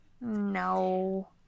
No